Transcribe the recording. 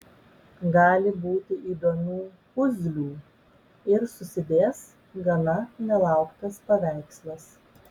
gali būti įdomių puzlių ir susidės gana nelauktas paveikslas